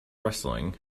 wrestling